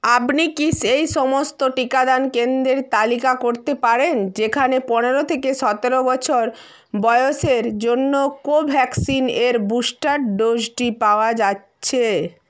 আপনি কি সেই সমস্ত টিকাদান কেন্দ্রের তালিকা করতে পারেন যেখানে পনেরো থেকে সতেরো বছর বয়সের জন্য কোভ্যাক্সিন এর বুস্টার ডোজটি পাওয়া যাচ্ছে